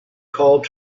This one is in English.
called